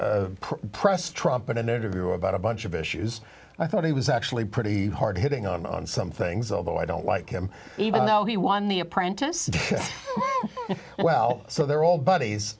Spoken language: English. press trump in an interview about a bunch of issues i thought he was actually pretty hard hitting on some things although i don't like him even though he won the apprentice well so they're all buddies